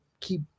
keep